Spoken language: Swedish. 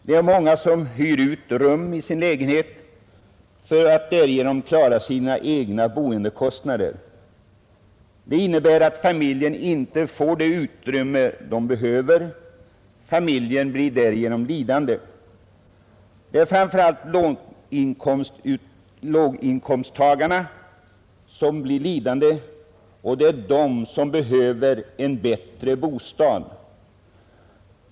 Det är många som hyr ut rum i sin lägenhet för att därigenom klara sina egna boendekostnader. Det innebär att familjen inte får det utrymme den behöver. Familjen blir därigenom lidande. Det är framför allt låginkomsttagarna som blir lidande, och det är de som behöver en bättre bostad.